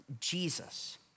Jesus